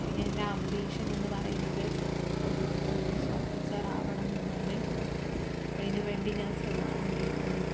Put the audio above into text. പിന്നെ എൻ്റെ അംബീഷൻ എന്നു പറയുന്നത് ഒരു പോലീസ് ഓഫീസർ ആവണം എന്നാണ് അതിനു വേണ്ടി ഞാൻ ശ്രമിച്ചുകൊണ്ടിരിക്കുന്നു